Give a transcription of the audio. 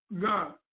God